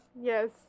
yes